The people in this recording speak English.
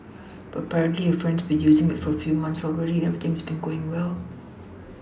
but apparently her friend has been using it for a few months already and everything has been going well